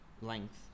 length